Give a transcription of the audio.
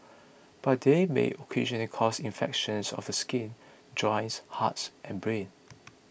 but they may occasionally cause infections of the skin joints hearts and brain